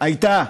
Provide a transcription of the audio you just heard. הייתה.